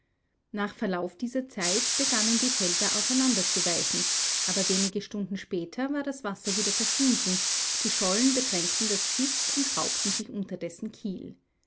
nach verlauf dieser zelt begannen die felder auseinanderzuweichen aber wenige stunden später war das wasser wieder verschwunden die schollen bedrängten das schiff und schraubten sich unter dessen kiel